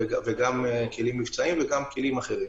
גם כלים מבצעיים וגם כלים אחרים.